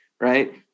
right